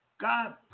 God